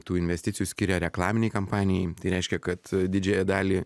tų investicijų skiria reklaminei kampanijai tai reiškia kad didžiąją dalį